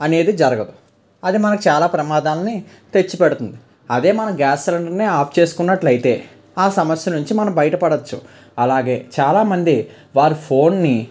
అనేది జరగదు అదే మనకి చాలా ప్రమాదాలని తెచ్చిపెడుతుంది అదే మనం గ్యాస్ సిలిండర్ని ఆఫ్ చేసుకున్నట్లయితే ఆ సమస్య నుంచి మనం బయటపడచ్చు అలాగే చాలా మంది వారి ఫోన్ని